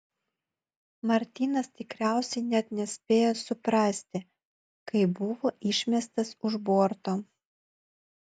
martynas tikriausiai net nespėjo suprasti kai buvo išmestas už borto